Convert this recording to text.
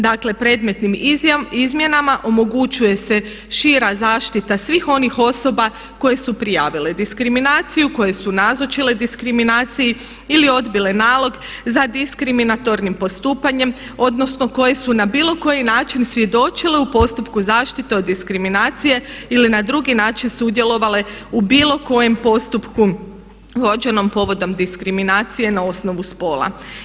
Dakle, predmetnim izmjenama omogućuje se šira zaštita svih onih osoba koje su prijavile diskriminaciju, koje su nazočile diskriminaciji ili odbile nalog za diskriminatornim postupanjem odnosno koje su na bilo koji način svjedočile u postupku zaštite od diskriminacije ili na drugi način sudjelovale u bilo kojem postupku vođenom povodom diskriminacije na osnovu spola.